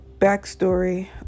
backstory